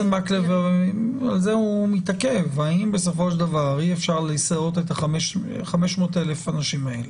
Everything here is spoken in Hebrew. האם בסופו של דבר אי אפשר לזהות את ה-500 אלף אנשים האלה?